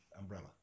umbrella